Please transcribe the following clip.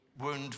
wound